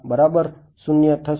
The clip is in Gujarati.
બરાબર શૂન્ય થશે